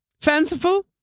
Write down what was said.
fanciful